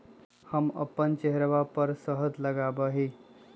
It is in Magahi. हम अपन चेहरवा पर शहद लगावा ही